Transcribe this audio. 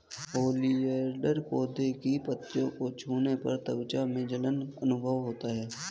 oleander पौधे की पत्तियों को छूने पर त्वचा में जलन का अनुभव होता है